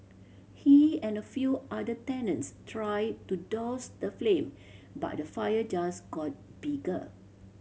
he and a few other tenants tried to douse the flame but the fire just got bigger